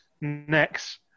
next